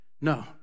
No